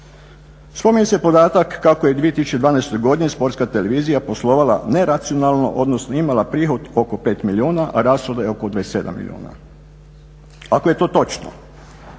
Spominje se podatak kako je 2012. godini Sportska televizija poslovala ne racionalno, odnosno imala prihod oko 5 milijuna, a rashode oko 27 milijuna. Ako je to točno,